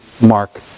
Mark